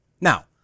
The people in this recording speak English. Now